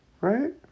right